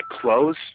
close